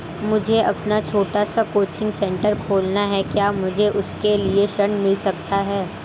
मुझे अपना छोटा सा कोचिंग सेंटर खोलना है क्या मुझे उसके लिए ऋण मिल सकता है?